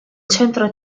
centro